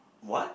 what